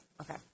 Okay